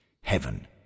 Heaven